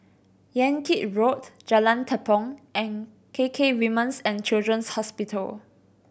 Yan Kit Road Jalan Tepong and K K Women's And Children's Hospital